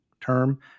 term